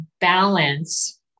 balance